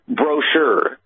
brochure